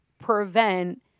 prevent